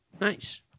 Nice